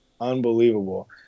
unbelievable